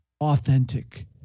authentic